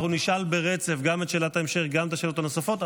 אנחנו נשאל ברצף גם את שאלת ההמשך וגם את השאלות הנוספות,